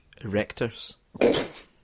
Erectors